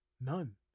None